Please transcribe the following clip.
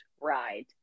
ride